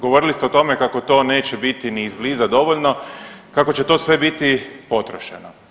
Govorili ste o tome kako to neće biti ni izbliza dovoljno, kako će to biti sve potrošeno.